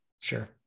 Sure